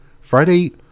Friday